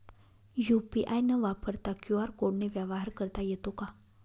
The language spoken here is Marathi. यू.पी.आय न वापरता क्यू.आर कोडने व्यवहार करता येतो का?